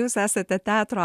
jūs esate teatro